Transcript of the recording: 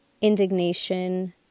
indignation